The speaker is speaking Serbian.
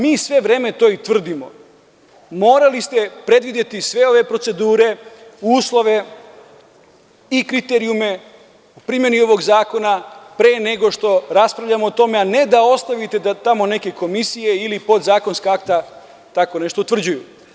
Mi sve vreme to i tvrdimo, morali ste predvideti sve ove procedure, uslove, kriterijume u primeni ovog zakona, pre nego što raspravljamo o tome, a ne da ostavite da tamo neke komisije ili podzakonska akta, tako nešto utvrđuju.